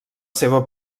seva